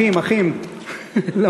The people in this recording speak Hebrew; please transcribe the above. אחים, אחים, למקומות.